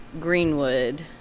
greenwood